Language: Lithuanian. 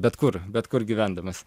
bet kur bet kur gyvendamas